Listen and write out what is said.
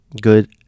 good